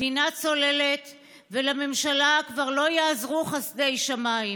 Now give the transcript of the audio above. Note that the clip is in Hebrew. המדינה צוללת ולממשלה כבר לא יעזרו חסדי שמיים.